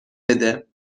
بده